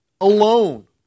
alone